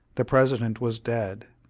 the president was dead,